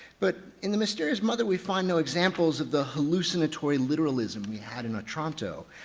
but in the mysterious mother we find no examples of the hallucinatory literalism we had in otranto.